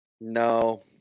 No